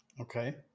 Okay